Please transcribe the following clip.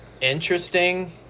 interesting